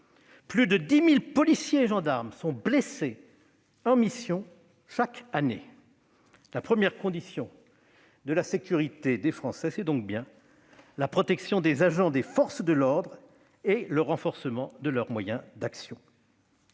plus de 10 000 policiers et gendarmes sont blessés en mission chaque année. La première condition de la sécurité des Français est donc bien la protection des agents des forces de l'ordre et le renforcement de leurs moyens d'action.